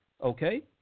okay